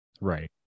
right